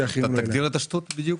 תגדיר את השטות בדיוק.